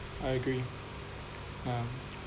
I agree ah